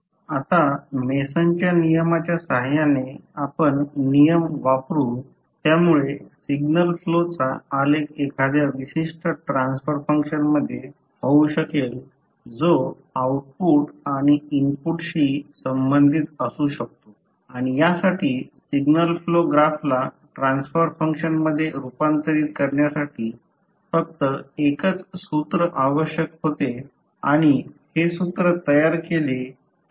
आता मेसनच्या नियमाच्या सहाय्याने आपण नियम वापरू त्यामुळे सिग्नल फ्लोचा आलेख एखाद्या विशिष्ट ट्रान्सफर फंक्शनमध्ये होऊ शकेल जो आउटपुट आणि इनपुटशी संबंधित असू शकतो आणि यासाठी सिग्नल फ्लो ग्राफला ट्रान्सफर फंक्शन मध्ये रूपांतरित करण्यासाठी फक्त एकच सूत्र आवश्यक होते आणि हे सूत्र तयार केले एस